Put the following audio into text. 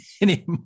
anymore